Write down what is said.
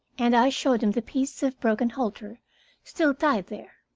and i showed him the piece of broken halter still tied there.